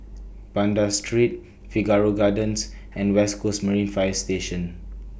Banda Street Figaro Gardens and West Coast Marine Fire Station